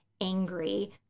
angry